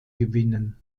gewinnen